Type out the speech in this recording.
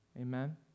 Amen